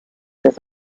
his